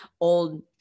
old